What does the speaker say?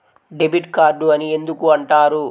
Debit card అని ఎందుకు అంటారు?